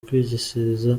kwigishiriza